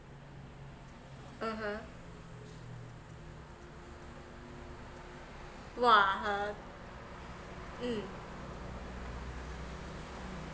(uh huh) !wah! her mm